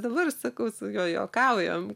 dabar ir sakau su juo juokaujam